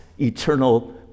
eternal